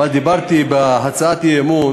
אבל אמרתי בהצעת האי-אמון